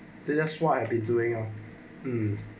the that's why I be doing loh mm